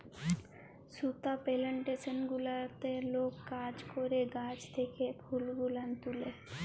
সুতা পেলেনটেসন গুলাতে লক কাজ ক্যরে গাহাচ থ্যাকে ফুল গুলান তুলে